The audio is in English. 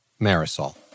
Marisol